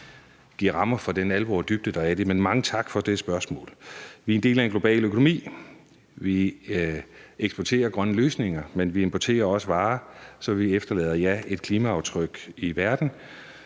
i forhold til den alvor og dybde, der er i det. Men mange tak for spørgsmålet. Vi er en del af en global økonomi. Vi eksporterer grønne løsninger, men vi importerer også varer. Så ja, vi efterlader et klimaaftryk i verden